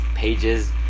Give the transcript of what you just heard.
pages